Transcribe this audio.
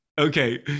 Okay